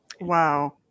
Wow